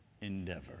endeavor